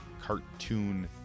cartoon